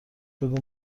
بگو